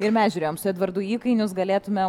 ir mes žiūrėjom su edvardu įkainius galėtumėm